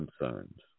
concerns